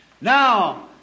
Now